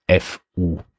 FU